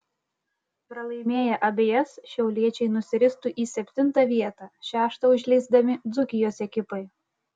pralaimėję abejas šiauliečiai nusiristų į septintą vietą šeštą užleisdami dzūkijos ekipai